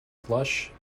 flush